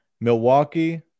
Milwaukee